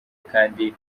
kandi